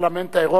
בפרלמנט האירופי.